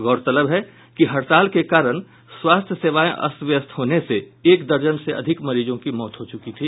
गौरतलब है कि हड़ताल के कारण स्वास्थ्य सेवायें अस्त व्यस्त होने सेएक दर्जन से अधिक मरीजों की मौत हो चुकी थी